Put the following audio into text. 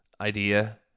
idea